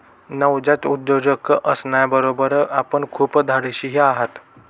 नवजात उद्योजक असण्याबरोबर आपण खूप धाडशीही आहात